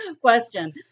question